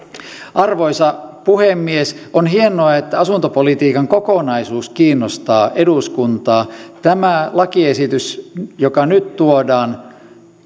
arvoisa puhemies on hienoa että asuntopolitiikan kokonaisuus kiinnostaa eduskuntaa tämä lakiesitys joka nyt tuodaan